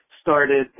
started